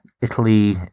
Italy